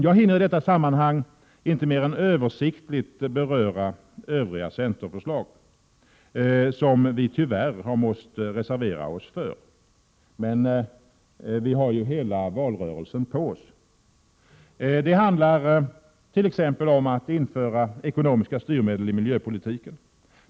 Jag hinner i detta sammanhang inte mer än översiktligt beröra övriga centerförslag som vi tyvärr måst reservera oss för. Men vi har ju hela valrörelsen på oss.